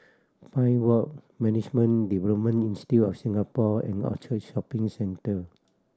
Pine Walk Management Development Institute of Singapore and Orchard Shopping Centre